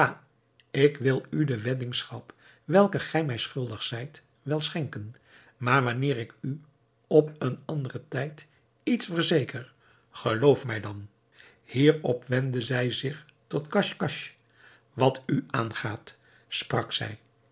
ik wil u de weddingschap welke gij mij schuldig zijt wel schenken maar wanneer ik u op een anderen tijd iets verzeker geloof mij dan hierop wendde zij zich tot casch casch wat u aangaat sprak zij